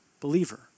believer